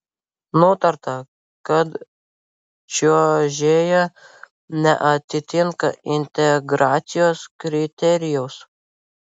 nutarta kad čiuožėja neatitinka integracijos kriterijaus